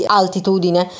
altitudine